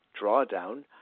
Drawdown